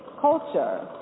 culture